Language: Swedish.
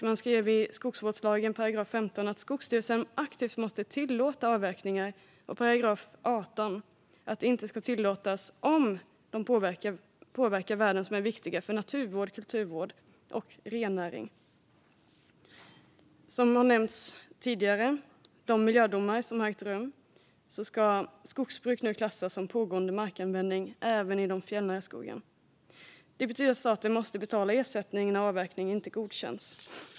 Man skrev i skogsvårdslagen 15 § att Skogsstyrelsen aktivt måste tillåta avverkningar och i 18 § att de inte ska tillåtas om de påverkar värden som är viktiga för naturvård, kulturvård och rennäring. Som har nämnts tidigare ska enligt de miljödomar som har ägt rum skogsbruk nu klassas som pågående markanvändning även i den fjällnära skogen. Det betyder att staten måste betala ersättning när avverkning inte godkänns.